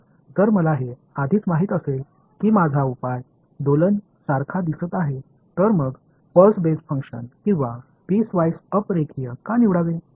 तर जर मला हे आधीच माहित असेल की माझा उपाय दोलन सारखा दिसत आहे तर मग पल्स बेस फंक्शन किंवा पीस वाईस अप रेखीय का निवडावे